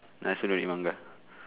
I also read manga